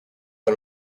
and